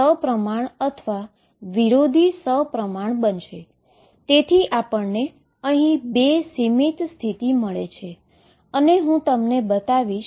તો ખુબ જ સામાન્ય સમસ્યા સાથે વેવને સામાન્ય બનાવીશુ